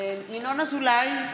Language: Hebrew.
ינון אזולאי,